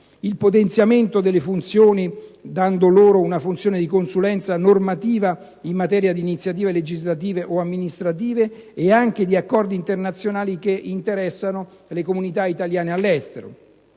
il potenziamento delle funzioni, dando loro una funzione di consulenza normativa in materia di iniziative legislative o amministrative e anche di accordi internazionali che interessano le comunità italiane all'estero;